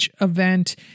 Event